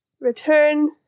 Return